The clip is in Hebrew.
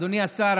אדוני השר,